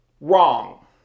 wrong